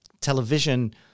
television